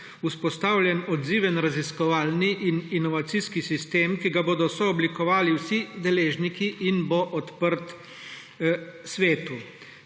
vzpostavljen odziven raziskovalni in inovacijski sistem, ki ga bodo sooblikovali vsi deležniki in bo odprt svetu.